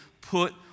put